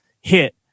hit